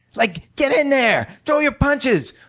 like get in there! throw your punches!